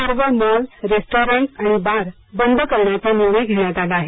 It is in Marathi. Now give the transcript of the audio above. सर्व मॉल्स रेस्टॉरंटस बार बंद करण्याचा निर्णय घेण्यात आला आहे